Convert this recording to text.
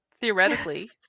Theoretically